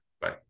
Bye